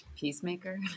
Peacemaker